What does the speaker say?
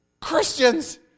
Christians